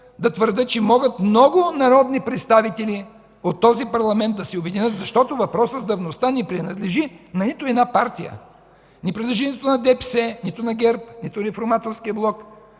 да твърдя, че много народни представители от този парламент могат да се обединят. Защото въпросът за давността не принадлежи нито на една партия – не принадлежи нито на ДПС, нито на ГЕРБ, нито на Реформаторския блок.